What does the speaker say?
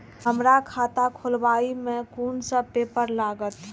हमरा खाता खोलाबई में कुन सब पेपर लागत?